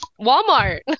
Walmart